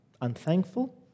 unthankful